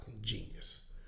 genius